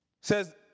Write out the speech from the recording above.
says